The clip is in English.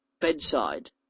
bedside